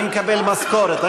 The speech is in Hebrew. אני מקבל משכורת.